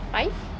five